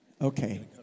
Okay